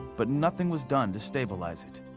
but nothing was done to stabilize it.